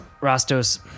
Rastos